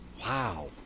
Wow